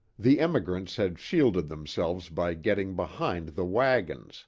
the emigrants had shielded themselves by getting behind the wagons